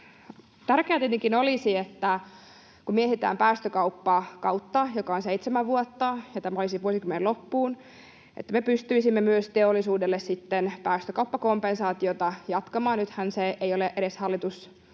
Tärkeää tietenkin olisi, että kun mietitään päästökauppakautta, joka on seitsemän vuotta — ja tämä olisi vuosikymmenen loppuun — niin me pystyisimme sitten myös teollisuudelle päästökauppakompensaatiota jatkamaan. Nythän se ei ole edes hallitusohjelman